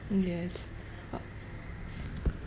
yes uh